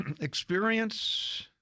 experience –